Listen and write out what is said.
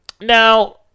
Now